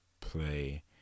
play